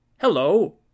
hello